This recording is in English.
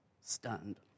stunned